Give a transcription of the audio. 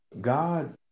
God